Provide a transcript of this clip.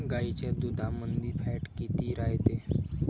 गाईच्या दुधामंदी फॅट किती रायते?